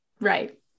Right